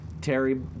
Terry